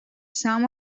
some